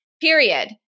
period